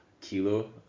kilo